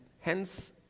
hence